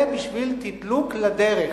זה בשביל תדלוק לדרך.